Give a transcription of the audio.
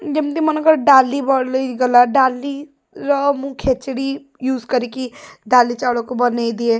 ଯେମିତି ମନେକର ଡାଲି ବଳିଗଲା ଡାଲିର ମୁଁ ଖେଚୁଡ଼ି ୟୁଜ୍ କରିକି ଡାଲି ଚାଉଳକୁ ବନେଇଦିଏ